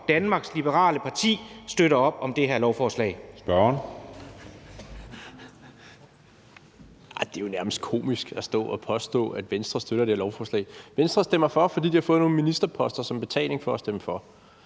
Spørgeren. Kl. 12:48 Rasmus Jarlov (KF): Det er jo nærmest komisk at stå og påstå, at Venstre støtter det her lovforslag. Venstre stemmer for, fordi de har fået nogle ministerposter som betaling for at stemme for.